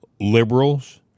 liberals